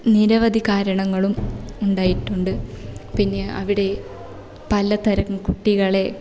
നിരവധി കാരണങ്ങളും ഉണ്ടായിട്ടുണ്ട് പിന്നെ അവിടെ പലതരം കുട്ടികളെ